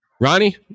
Ronnie